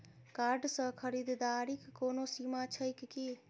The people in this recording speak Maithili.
कार्ड सँ खरीददारीक कोनो सीमा छैक की?